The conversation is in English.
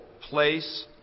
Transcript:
place